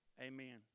Amen